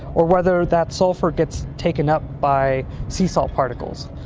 or whether that sulphur gets taken up by sea salt particles.